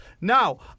Now